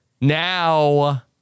now